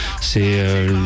c'est